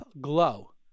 Glow